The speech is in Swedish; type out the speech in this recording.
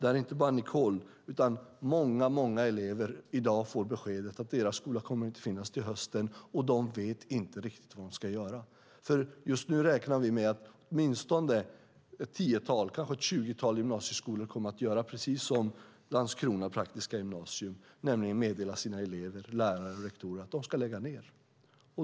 Det är inte bara Nicole, utan det är många elever som i dag får beskedet att deras skola inte kommer att finnas till hösten, och de vet inte riktigt vad de ska göra. Just nu räknar vi med att åtminstone ett tiotal, kanske ett tjugotal, gymnasieskolor kommer att göra precis som Landskrona praktiska gymnasium, nämligen meddela sina elever, lärare och rektorer att de ska lägga ned.